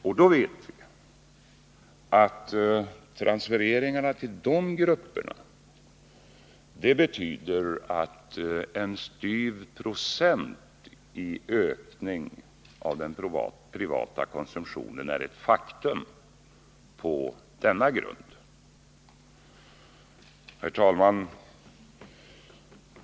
Och transfereringarna till de grupperna betyder att en styv procent i ökning av den privata konsumtionen är ett faktum på denna grund. Herr talman!